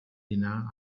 dinar